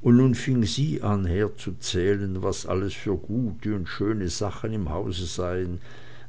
und nun fing sie an herzuzählen was alles für gute dinge und schöne sachen im hause seien